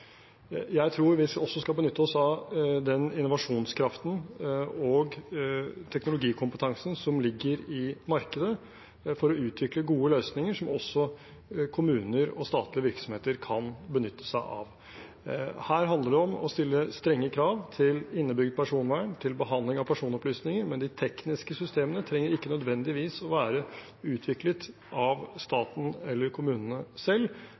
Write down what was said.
Jeg tror vi også skal benytte oss av den innovasjonskraften og teknologikompetansen som ligger i markedet, for å utvikle gode løsninger som også kommuner og statlige virksomheter kan benytte seg av. Her handler det om å stille strenge krav til innebygd personvern, til behandling av personopplysninger, men de tekniske systemene trenger ikke nødvendigvis å være utviklet av staten eller kommunene selv;